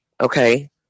Okay